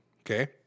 Okay